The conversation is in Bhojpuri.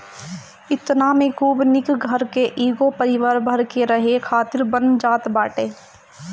एतना में खूब निक घर एगो परिवार भर के रहे खातिर बन जात बाटे